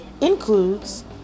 Includes